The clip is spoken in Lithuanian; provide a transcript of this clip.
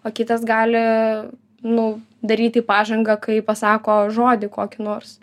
o kitas gali nu daryti pažangą kai pasako žodį kokį nors